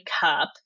cup